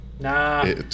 Nah